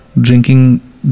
Drinking